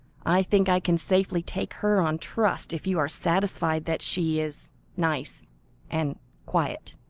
i think i can safely take her on trust, if you are satisfied that she is nice and quiet.